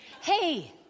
hey